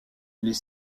les